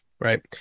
right